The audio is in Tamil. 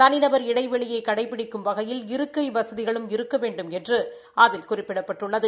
தளிநபா் இடைவெளியை கடைபிடிக்கும் வகையில் இருக்கை வசதிகளும் இருக்க வேண்டுமென்று அதில் குறிப்பிடப்பட்டுள்ளது